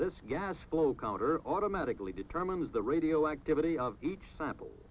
this gas flow counter automatically determines the radioactivity of each sample